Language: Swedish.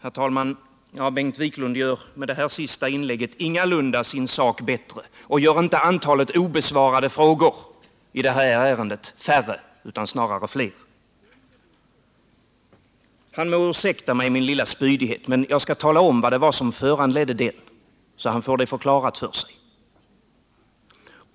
Herr talman! Bengt Wiklund gör ingalunda sin sak bättre med det senaste inlägget, och han gör heller inte antalet obesvarade frågor i det här ärendet färre, utan snarare fler. Han må ursäkta mig min lilla spydighet, men jag skall tala om vad som föranledde den, så att han får det förklarat för sig.